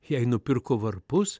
jai nupirko varpus